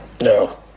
No